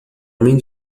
homem